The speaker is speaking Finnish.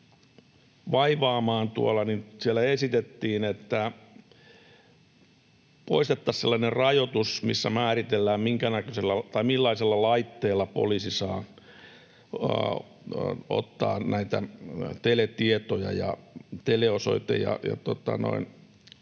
vaivaamaan. Siellä esitettiin, että poistettaisiin sellainen rajoitus, missä määritellään, millaisella laitteella poliisi saa ottaa näitä teletietoja, teleosoite-